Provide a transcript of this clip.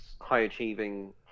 high-achieving